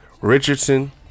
Richardson